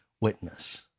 witness